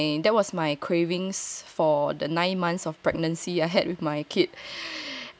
sushi that was my that was my cravings for the nine months of pregnancy I had with my kid